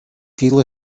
feel